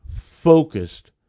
focused